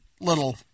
little